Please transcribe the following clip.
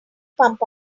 pump